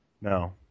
No